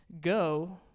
go